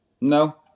No